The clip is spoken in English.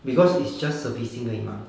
because it's just servicing 而已嘛